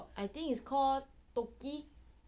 I think is call toki